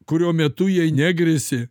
kurio metu jai negrėsė